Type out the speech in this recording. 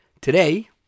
Today